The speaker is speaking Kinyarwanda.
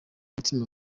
umutima